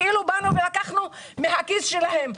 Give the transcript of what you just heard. זה כאילו באנו ולקחנו מהכיס שלהם.